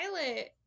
pilot